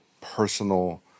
personal